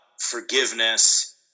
forgiveness